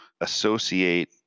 associate